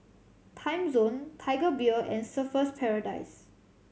Timezone Tiger Beer and Surfer's Paradise